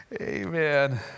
Amen